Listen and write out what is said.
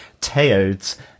teodes